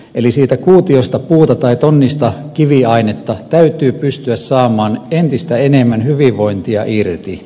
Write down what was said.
eli siitä kuutiosta puuta tai tonnista kiviainetta täytyy pystyä saamaan entistä enemmän hyvinvointia irti